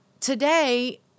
Today